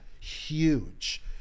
huge